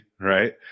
right